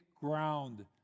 ground